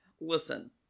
listen